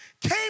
came